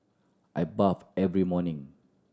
I bathe every morning